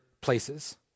places